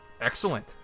Excellent